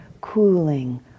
cooling